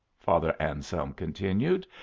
father anselm continued.